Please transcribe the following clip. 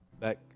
back